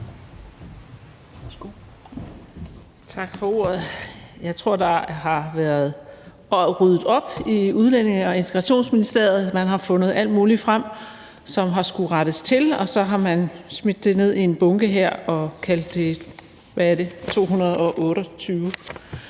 Tak for ordet. Jeg tror, der er blevet ryddet op i Udlændinge- og Integrationsministeriet. Man har fundet alt muligt frem, som har skullet rettes til, og så har man smidt det ned i en bunke her og kaldt det L 228.